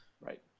right